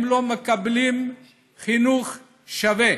הם לא מקבלים חינוך שווה